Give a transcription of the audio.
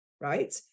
right